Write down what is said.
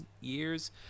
years